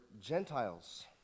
Gentiles